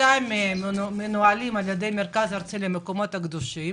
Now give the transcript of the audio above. שניים מהם מנוהלים על ידי מרכז ארצי למקומות קדושים